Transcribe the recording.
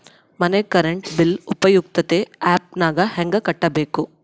ಮನೆ current bill ಉಪಯುಕ್ತತೆ app ನಾಗ ಹೆಂಗ ಕಟ್ಟಬೇಕು?